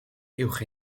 uwch